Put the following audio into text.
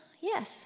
yes